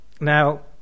now